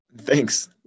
Thanks